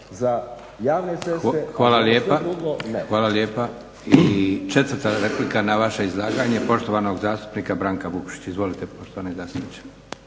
drugo ne. **Leko, Josip (SDP)** Hvala lijepa. I četvrta replika na vaše izlaganje poštovanog zastupnika Branka Vukšića. Izvolite poštovani zastupniče.